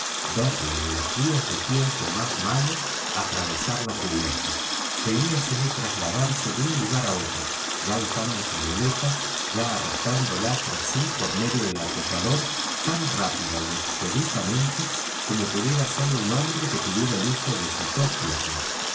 en los días de tiempo más malo atravesar la cubierta veíasele trasladarse de un lugar á otro ya usando su muleta ya arrastrándola tras sí por medio del acollador tan rápida y expeditamente como pudiera hacerlo un hombre que tuviera el uso de sus dos piernas